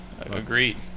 agreed